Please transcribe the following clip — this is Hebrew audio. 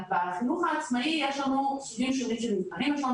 בחינוך העצמאי יש לנו סוגים שונים של מבחני לשון,